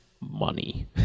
money